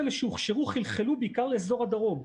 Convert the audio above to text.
המספרים האלה שהוכשרו חלחלו בעיקר לאזור הדרום.